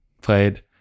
played